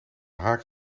haak